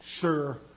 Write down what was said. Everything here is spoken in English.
sure